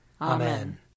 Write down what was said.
Amen